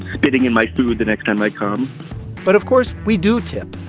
spitting in my food the next time i come but of course, we do tip,